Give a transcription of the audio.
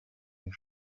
your